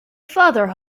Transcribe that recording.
father